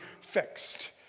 fixed